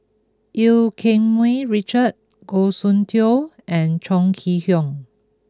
Eu Keng Mun Richard Goh Soon Tioe and Chong Kee Hiong